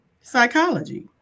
psychology